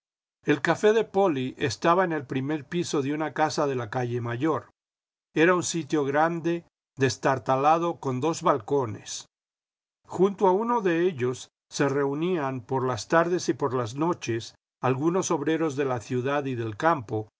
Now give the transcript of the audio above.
el café de poli estaba en el primer piso de una casa de la calle mayor era un sitio grande destartalado con dos balcones junto a uno de ellos se reunían por las tardes y por las noches algunos obreros de la ciudad y del campo